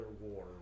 war